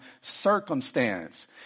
circumstance